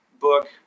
book